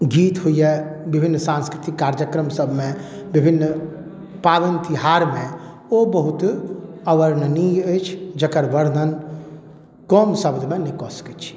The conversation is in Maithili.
गीत होइए विभिन्न सांस्कृतिक कार्यक्रम सबमे विभिन्न पाबनि तिहारमे ओ बहुत अवर्णनीय अछि जकर वर्णन कम शब्दमे नहि कऽ सकै छी